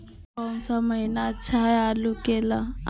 कौन सा महीना अच्छा होइ आलू के ला?